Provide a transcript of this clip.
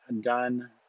done